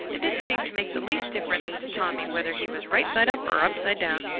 it didn't seem to make the least difference to tommy whether he was right side up or upside down.